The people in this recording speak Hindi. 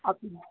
अप